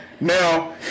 now